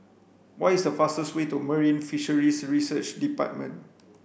what is the fastest way to Marine Fisheries Research Department